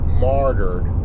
martyred